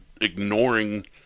ignoring